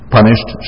Punished